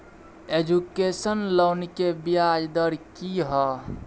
Education loan के ब्याज दर की हय?